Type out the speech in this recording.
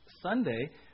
Sunday